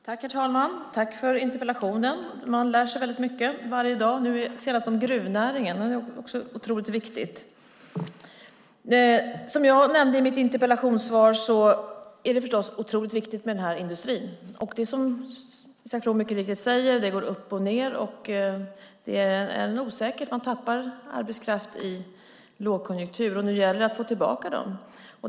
Herr talman! Tack för interpellationen! Man lär sig mycket varje dag, senast om gruvnäringen. Den är också otroligt viktig. Jag nämnde i interpellationssvaret att denna industri är otroligt viktig. Som Isak From mycket riktigt säger går den upp och ned. Det finns en osäkerhet. Man tappar arbetskraft i lågkonjunktur, och nu gäller det att få tillbaka den.